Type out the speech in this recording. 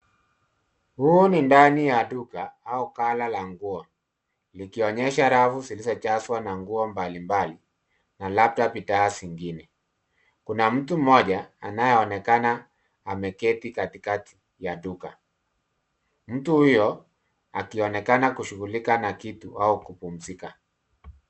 Huu ni ndani ya duka au ghala la nguo likionyesha rafu zilizo jazwa na nguo mbali mbali na labda bidhaa zingine. Kuna mtu mmoja anayeonekana ameketi katika kati ya duka. Mtu huyo akionekana kushughulika na kitu au kupumzika.